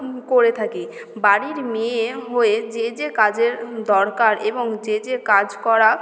করে থাকি বাড়ির মেয়ে হয়ে যে যে কাজের দরকার এবং যে যে কাজ করা